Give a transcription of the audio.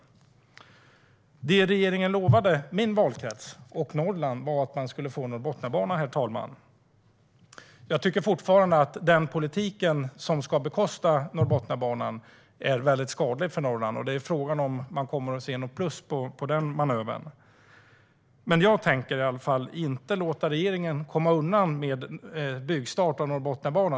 Herr talman! Regeringen lovade min valkrets och Norrland att man skulle få Norrbotniabanan. Jag tycker fortfarande att den politik som ska bekosta Norrbotniabanan är skadlig för Norrland. Frågan är om man kommer att se något plus i och med denna manöver. Jag tänker i alla fall inte låta regeringen komma undan med byggstart av Norrbotniabanan.